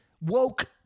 woke